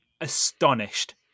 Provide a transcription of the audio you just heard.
astonished